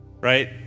right